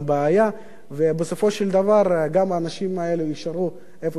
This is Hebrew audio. ובסופו של דבר גם האנשים האלה יישארו במקום שהם צריכים להיות,